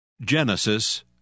Genesis